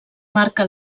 marca